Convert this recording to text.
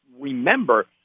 remember